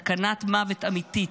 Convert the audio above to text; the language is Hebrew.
סכנת מוות אמיתית,